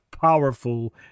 powerful